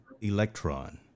Electron